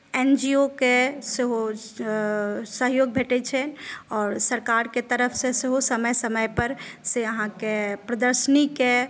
N G O के सेहो सहयोग भेटैत छै आओर सरकारक तरफसँ सेहो समय समयपर से अहाँके प्रदर्शनीके